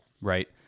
Right